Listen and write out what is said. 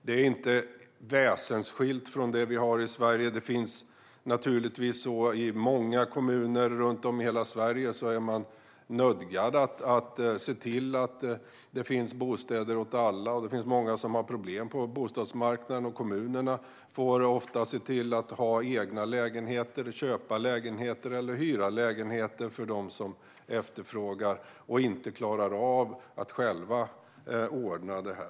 Det är inte väsensskilt från det vi har i Sverige. Naturligtvis finns det många kommuner runt om i Sverige där man är nödgad att se till att det finns bostäder åt alla. Det finns många som har problem på bostadsmarknaden, och kommunerna får ofta se till att ha egna lägenheter som de köper eller hyr åt dem som efterfrågar och som inte klarar av att själva ordna detta.